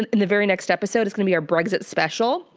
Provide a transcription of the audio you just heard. in the very next episode is gonna be our brexit special,